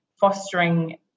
fostering